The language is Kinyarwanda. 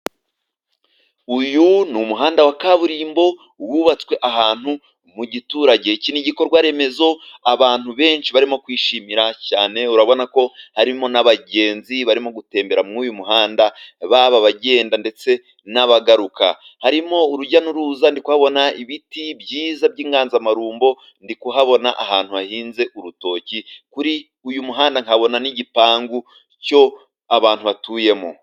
Uyu ni umuhanda wa kaburimbo wubatswe ahantu mu giturage. Iki ni igikorwa remezo abantu benshi barimo kwishimira cyane. Urabona ko harimo n'abagenzi barimo gutembera muri uyu muhanda, baba bagenda ndetse n'abagaruka, harimo urujya n'uruza. Ndi kuhabona ibiti byiza by'inganzamarumbo, ndi kuhabona ahantu hahinze urutoki kuri uyu muhanda, nkabona n'igipangu cyo abantu batuyemo.